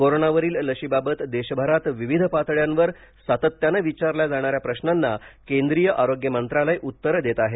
कोरोनावरील लशीबाबत देशभरात विविध पातळ्यांवर सातत्यानं विचारल्या जाणाऱ्या प्रश्रांना केंद्रीय आरोग्य मंत्रालय उत्तरं देत आहे